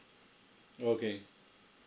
okay